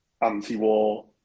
anti-war